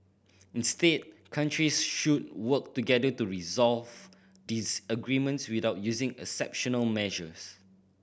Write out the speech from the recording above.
instead countries should work together to resolve disagreements without using exceptional measures